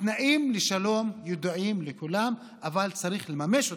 התנאים לשלום יודעים לכולם, אבל צריך לממש אותם.